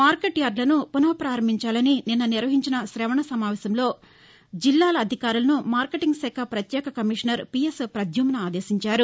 market యార్డులను పునఃపారంభించాలని నిన్న నిర్వహించిన శవణ సమావేశంలో జిల్లాల అధికారులను మార్కెటింగ్ శాఖ పత్యేక కమిషనర్ పద్యుమ్న ఆదేశించారు